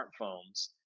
smartphones